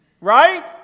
Right